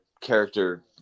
character